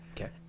Okay